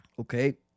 okay